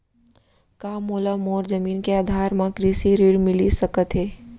का मोला मोर जमीन के आधार म कृषि ऋण मिलिस सकत हे?